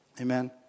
Amen